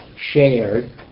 shared